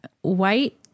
white